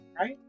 right